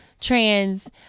trans